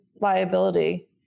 liability